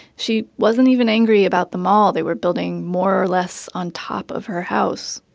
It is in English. she wasn't even angry about the mall they were building more or less on top of her house.